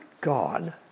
God